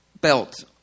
belt